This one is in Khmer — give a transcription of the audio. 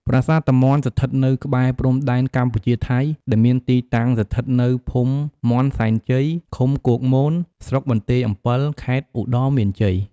ប្រាសាទតាមាន់់ ស្ថិតនៅក្បែរព្រំដែន កម្ពុជា ថៃ ដែលមានទីតាំងស្ថិតនៅភូមិមាន់សែនជ័យ ឃុំគោកមន ស្រុកបន្ទាយអម្ពិល ខេត្តឧត្តរមានជ័យ។